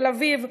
תל-אביב,